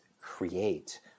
Create